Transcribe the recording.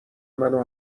منو